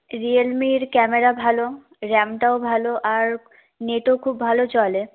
রিয়েলমির camera ভালো র্যামটাও ভালো আর নেটও খুব ভালো চলে